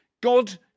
God